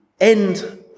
end